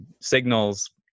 signals